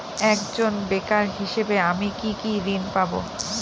একজন বেকার হিসেবে আমি কি কি ঋণ পাব?